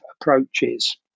approaches